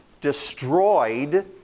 destroyed